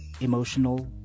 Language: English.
emotional